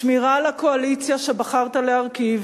שמירה על הקואליציה שבחרת להרכיב,